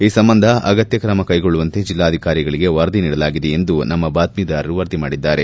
ಈ ಸಂಬಂಧ ಅಗತ್ಯ ಕ್ರಮ ಕೈಗೊಳ್ಳುವಂತೆ ಜೆಲ್ಲಾಧಿಕಾರಿಗಳಿಗೆ ವರದಿ ನೀಡಲಾಗಿದೆ ಎಂದು ನಮ್ಮ ಬಾತ್ಜೀದಾರರು ವರದಿ ಮಾಡಿದ್ದಾರೆ